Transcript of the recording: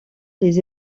les